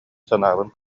санаабын